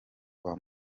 kwa